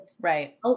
Right